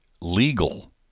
legal